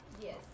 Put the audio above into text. Yes